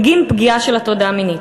בגין פגיעה של הטרדה מינית.